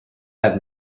have